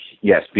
yes